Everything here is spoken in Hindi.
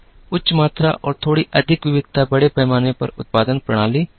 उच्च मात्रा और थोड़ी अधिक विविधता बड़े पैमाने पर उत्पादन प्रणाली थी